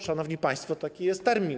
Szanowni państwo, bo taki jest termin.